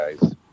guys